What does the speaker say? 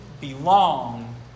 belong